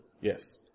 Yes